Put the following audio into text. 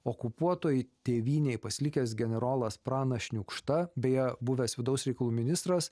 okupuotoj tėvynėj pasilikęs generolas pranas šniukšta beje buvęs vidaus reikalų ministras